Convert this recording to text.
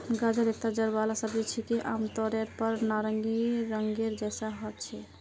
गाजर एकता जड़ वाला सब्जी छिके, आमतौरेर पर नारंगी रंगेर जैसा ह छेक